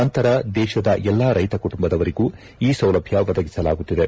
ನಂತರ ದೇಶದ ಎಲ್ಲಾ ರೈತ ಕುಟುಂಬದವರಿಗೂ ಈ ಸೌಲಭ್ಞ ಒದಗಿಸಲಾಗುತ್ತಿದೆ